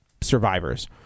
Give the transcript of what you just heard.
survivors